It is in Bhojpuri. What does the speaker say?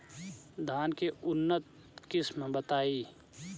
धान के उन्नत किस्म बताई?